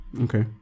Okay